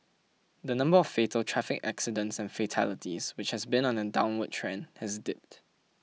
the number of fatal traffic accidents and fatalities which has been on a downward trend has dipped